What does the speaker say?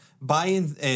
Buying